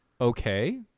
Okay